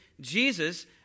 Jesus